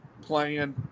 playing